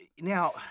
Now